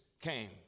came